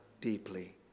deeply